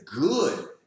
good